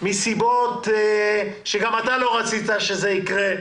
מסיבות שגם אתה לא רצית שיקרו,